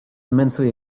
immensely